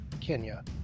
Kenya